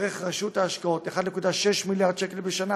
ודרך רשות ההשקעות 1.6 מיליארד שקל בשנה,